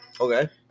Okay